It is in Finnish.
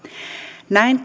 näin